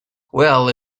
well